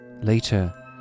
Later